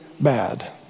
bad